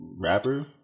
rapper